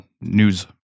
news